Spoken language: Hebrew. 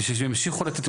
בשביל שימשיכו לתת.